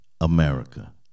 America